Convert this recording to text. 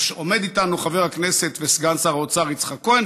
עומד איתנו חבר הכנסת וסגן שר האוצר יצחק כהן,